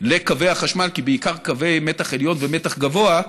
לקווי החשמל, כי בעיקר קווי מתח עליון ומתח גבוה,